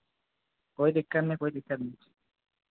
कोई दिक्कत नहीं कोई दिक्कत नहीं